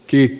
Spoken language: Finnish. kirk